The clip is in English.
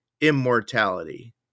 immortality